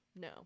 no